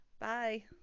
Bye